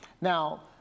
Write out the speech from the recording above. now